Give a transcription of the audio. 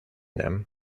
them